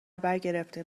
برگرفته